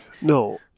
No